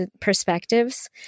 perspectives